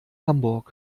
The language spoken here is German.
hamburg